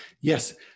yes